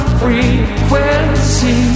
frequency